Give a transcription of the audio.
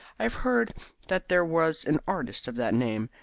i had heard that there was an artist of that name,